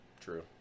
True